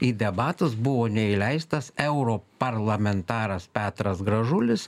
į debatus buvo neįleistas europarlamentaras petras gražulis